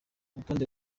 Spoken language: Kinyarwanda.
urutonde